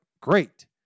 great